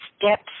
steps